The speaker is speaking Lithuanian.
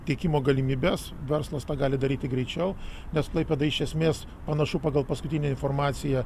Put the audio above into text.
tiekimo galimybes verslas tą gali daryti greičiau nes klaipėda iš esmės panašu pagal paskutinę informaciją